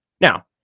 Now